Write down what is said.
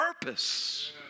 purpose